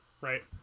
right